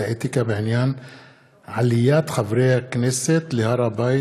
האתיקה בעניין עליית חברי הכנסת להר-הבית,